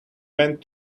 went